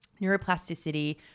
neuroplasticity